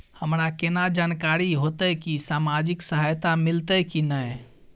हमरा केना जानकारी होते की सामाजिक सहायता मिलते की नय?